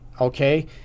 okay